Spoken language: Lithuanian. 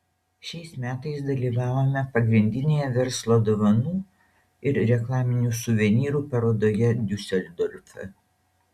šiais metais dalyvavome pagrindinėje verslo dovanų ir reklaminių suvenyrų parodoje diuseldorfe